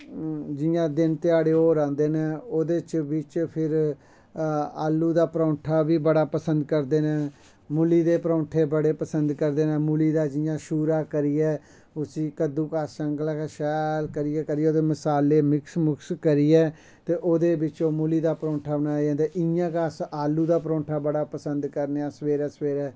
जियां दिन ध्याड़े होर आंदे न ओह्दे बिच्च फिर आलू दी परौंठा बी बड़ा पसंद करदे नै मूली दे परौंठा बड़ा पसंद करदे नै मूली दा शूरा करियै उसी शैल करियै करियै ते मसाले मिक्स मुक्स करियै ते ओह्दे बिच्च मूली दा परौंठा बनाया जंदा ते इयां गै अस आलू दा परौंठा बड़ा पसंद करने आं सवेरै सवेरै